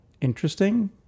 interesting